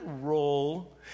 role